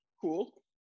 cool